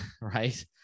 right